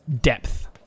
depth